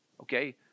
okay